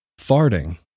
Farting